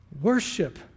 Worship